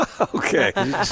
Okay